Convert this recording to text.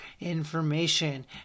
information